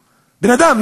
בן-אדם.